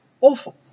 awful